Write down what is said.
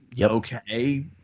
okay